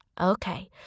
Okay